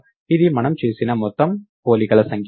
ఇది మనము చేసిన మొత్తం పోలికల సంఖ్య